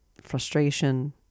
frustration